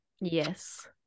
Yes